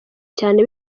cyane